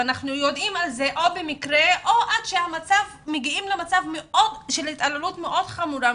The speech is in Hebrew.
אנחנו יודעים על זה או במקרה או עד שמגיעים למצב של התעללות מאוד חמורה,